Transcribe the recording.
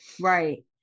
right